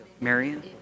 Marion